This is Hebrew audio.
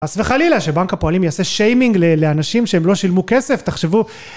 חס חלילה שבנק הפועלים יעשה שיימינג לאנשים שהם לא שילמו כסף, תחשבו.